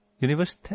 Universe